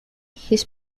his